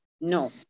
No